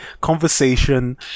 conversation